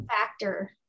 factor